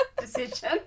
decision